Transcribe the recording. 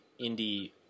indie